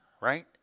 right